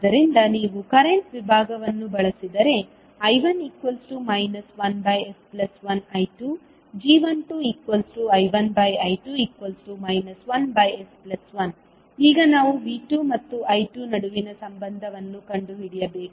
ಆದ್ದರಿಂದ ನೀವು ಕರೆಂಟ್ ವಿಭಾಗವನ್ನು ಬಳಸಿದರೆ I1 1s1I2 g12I1I2 1s1 ಈಗ ನಾವು V2 ಮತ್ತು I2 ನಡುವಿನ ಸಂಬಂಧವನ್ನು ಕಂಡುಹಿಡಿಯಬೇಕು